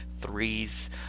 threes